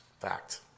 Fact